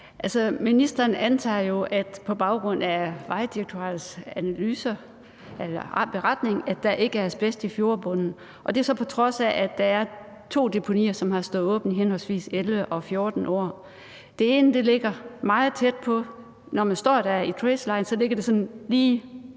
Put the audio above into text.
beretning, at der ikke er asbest i fjordbunden, og det er så, på trods af at der er to deponier, som har stået åbne i henholdsvis 11 og 14 år. Det ene ligger meget tæt på; når man står der i tracélinjen, ligger det faktisk